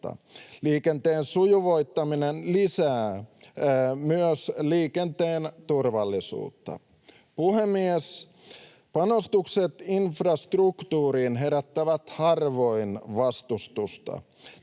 Liikenteen sujuvoittaminen lisää myös liikenteen turvallisuutta. Puhemies! Panostukset infrastruktuuriin herättävät harvoin vastustusta.